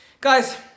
Guys